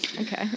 okay